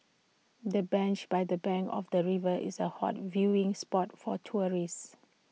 the bench by the bank of the river is A hot viewing spot for tourists